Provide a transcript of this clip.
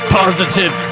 positive